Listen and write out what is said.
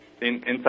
inside